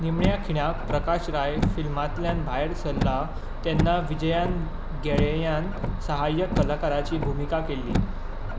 निमण्या खिणाक प्रकाश राय फिल्मांतल्यान भायर सल्ला तेन्ना विजयान गेळेयांत सहाय्यक कलाकाराची भुमिका केल्ली